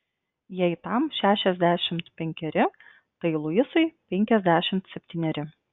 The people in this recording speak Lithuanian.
jei tam šešiasdešimt penkeri tai luisui penkiasdešimt septyneri